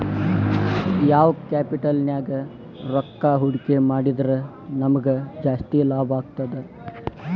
ಯಾವ್ ಕ್ಯಾಪಿಟಲ್ ನ್ಯಾಗ್ ರೊಕ್ಕಾ ಹೂಡ್ಕಿ ಮಾಡಿದ್ರ ನಮಗ್ ಜಾಸ್ತಿ ಲಾಭಾಗ್ತದ?